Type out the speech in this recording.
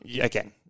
again